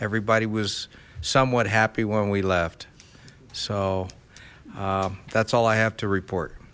everybody was somewhat happy when we left so that's all i have to report